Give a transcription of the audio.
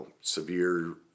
severe